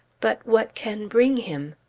but what can bring him?